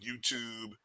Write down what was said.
YouTube